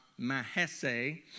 mahese